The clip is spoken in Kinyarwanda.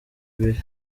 ibiri